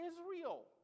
Israel